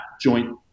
joint